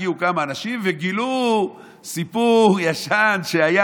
הגיעו כמה אנשים וגילו סיפור ישן שהיה.